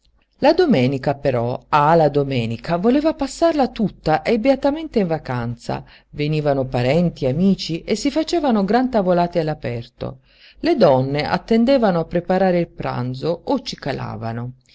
la domenica però ah la domenica voleva passarsela tutta e beatamente in vacanza venivano parenti amici e si facevano gran tavolate all'aperto le donne attendevano a preparare il pranzo o cicalavano